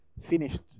Finished